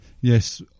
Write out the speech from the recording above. Yes